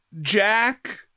Jack